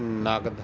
ਨਕਦ